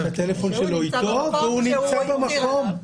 שהטלפון שלו אתו והוא נמצא במקום.